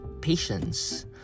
patience